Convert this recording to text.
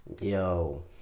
Yo